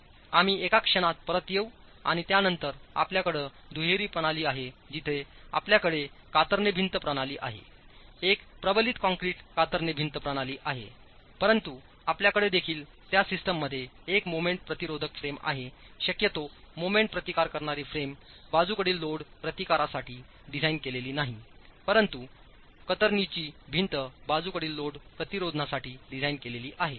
आम्ही एका क्षणात परत येऊ आणि त्यानंतर आपल्याकडे दुहेरी प्रणाली आहे जिथे आपल्याकडे कातरणे भिंत प्रणाली आहे एक प्रबलित कंक्रीट कातरणे भिंत प्रणाली आहेपरंतु आपल्याकडे देखील त्या सिस्टममध्ये एक मोमेंट प्रतिरोधक फ्रेम आहे शक्यतो मोमेंट प्रतिकार करणारीफ्रेम बाजूकडील लोड प्रतिकारासाठी डिझाइन केलेली नाही परंतु कतरनीची भिंत बाजूकडील लोड प्रतिरोधनासाठी डिझाइन केलेली आहे